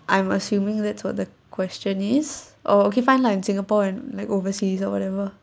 I am assuming that's what the question is oh okay fine lah in singapore and like overseas or whatever